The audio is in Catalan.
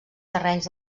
terrenys